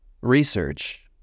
research